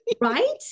right